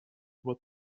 what